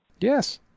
Yes